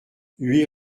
huit